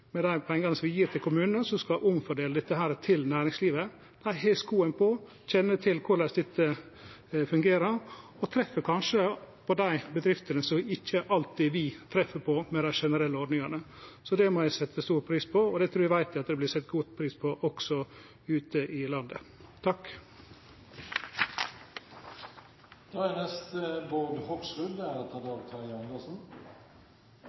med dei pengane som vi gjev til kommunane, som skal omfordele dette til næringslivet. Dei har skoen på og kjenner til korleis dette fungerer, og treffer kanskje dei bedriftene som ikkje vi alltid treffer med dei generelle ordningane. Så det må eg setje stor pris på, og eg veit at det vert sett stor pris på også ute i landet. Det er alltid greit å starte med noe positivt. Det er